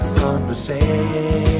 conversation